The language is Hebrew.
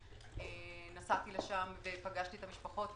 נסעתי לשם ופגשתי את המשפחות.